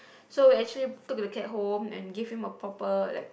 so we actually took the cat home and give him a proper that